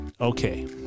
Okay